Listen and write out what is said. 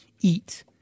eat